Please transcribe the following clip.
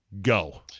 go